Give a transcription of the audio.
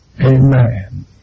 Amen